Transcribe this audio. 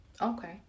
okay